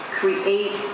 create